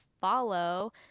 follow